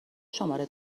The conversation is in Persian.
شماره